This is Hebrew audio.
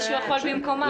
המיוחדת,